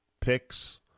picks